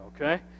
Okay